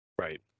Right